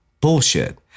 Bullshit